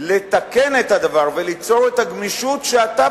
לתקן את הדבר וליצור את הגמישות שאתה